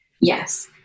Yes